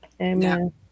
Amen